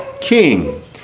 king